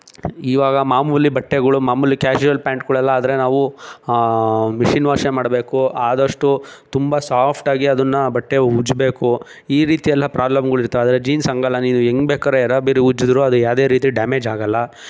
ಇವಾಗ ಮಾಮೂಲಿ ಬಟ್ಟೆಗಳು ಮಾಮೂಲಿ ಕ್ಯಾಶುವಲ್ ಪ್ಯಾಂಟ್ಗಳೆಲ್ಲ ಆದರೆ ನಾವು ಮಿಷಿನ್ ವಾಶೇ ಮಾಡಬೇಕು ಆದಷ್ಟು ತುಂಬ ಸಾಫ್ಟಾಗಿ ಅದನ್ನ ಬಟ್ಟೆ ಉಜ್ಜಬೇಕು ಈ ರೀತಿ ಎಲ್ಲ ಪ್ರಾಬ್ಲಮ್ಗಳ್ ಇರ್ತಾವೆ ಆದರೆ ಜೀನ್ಸ್ ಹಾಗಲ್ಲ ನೀನು ಹೆಂಗ್ ಬೇಕಾರೂ ಎರ್ರಾ ಬಿರ್ರೀ ಉಜ್ಜಿದರೂ ಅದು ಯಾವುದೇ ರೀತಿ ಡ್ಯಾಮೇಜ್ ಆಗೋಲ್ಲ